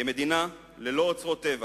כמדינה ללא אוצרות טבע